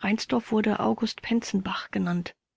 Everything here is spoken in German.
reinsdorf wurde august penzenbach genannt